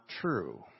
true